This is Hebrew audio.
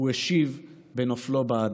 / הוא השיב בנופלו בעדה."